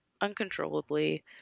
uncontrollably